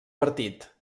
partit